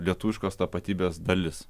lietuviškos tapatybės dalis